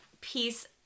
piece